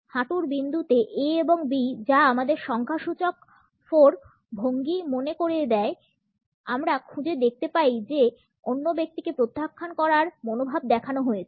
হাঁটুর বিন্দুতে A এবং B যা আমাদেরকে সংখ্যাসূচক 4 ভঙ্গি মনে করিয়ে দেয় আমরা খুঁজে দেখতে পাই যে অন্য ব্যক্তিকে প্রত্যাখ্যান করার মনোভাব দেখানো হয়েছে